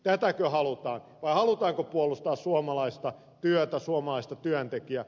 tätäkö halutaan vai halutaanko puolustaa suomalaista työtä suomalaista työntekijää